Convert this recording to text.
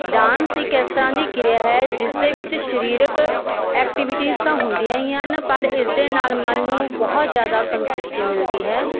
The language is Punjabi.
ਡਾਂਸ ਇੱਕ ਇਸ ਤਰ੍ਹਾਂ ਦੀ ਕਿਰਿਆ ਹੈ ਜਿਸ ਦੇ ਵਿੱਚ ਸਰੀਰਕ ਐਕਟੀਵੀਟੀਸ ਤਾਂ ਹੁੰਦੀਆਂ ਹੀ ਹਨ ਪਰ ਇਸਦੇ ਨਾਲ ਮਨ ਨੂੰ ਬਹੁਤ ਜ਼ਿਆਦਾ ਸੰਤੁਸ਼ਟੀ ਮਿਲਦੀ ਹੈ